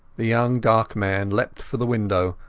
the young dark man leapt for the window,